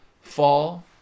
fall